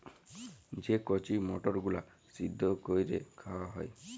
যে কঁচি মটরগুলা সিদ্ধ ক্যইরে খাউয়া হ্যয়